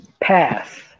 Pass